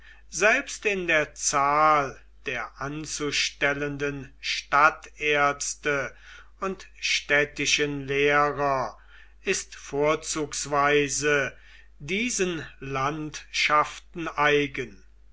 selbst in der zahl der anzustellenden stadtärzte und städtischen lehrer ist vorzugsweise diesen landschaften eigen